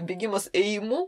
bėgimas ėjimu